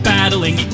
Battling